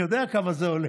אני יודע כמה זה עולה.